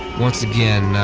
once again,